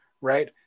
Right